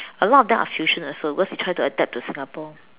a lot of them are fusion also because they try to adapt to Singapore